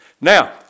Now